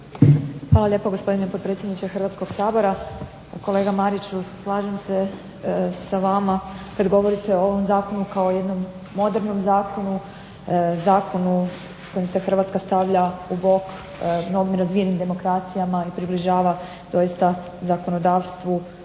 Hvala lijepo, gospodine potpredsjedniče Hrvatskoga sabora. Kolega Mariću, slažem se s vama kad govorite o ovom zakonu kao jednom modernom zakonu, zakonu s kojim se Hrvatska stavlja uz bok mnogim razvijenim demokracijama i približava doista zakonodavstvu